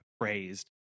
phrased